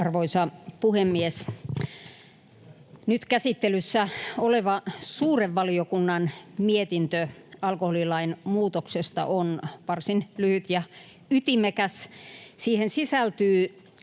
Arvoisa puhemies! Nyt käsittelyssä oleva suuren valiokunnan mietintö alkoholilain muutoksesta on varsin lyhyt ja ytimekäs. Siihen sisältyy